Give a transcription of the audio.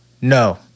No